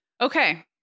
Okay